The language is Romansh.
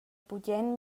bugen